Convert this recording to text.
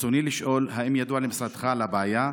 ברצוני לשאול: 1. האם ידוע למשרדך על הבעיה?